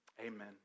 Amen